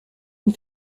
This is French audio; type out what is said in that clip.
une